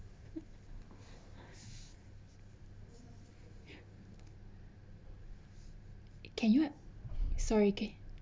can you uh sorry can